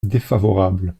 défavorable